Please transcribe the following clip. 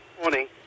Morning